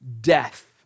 death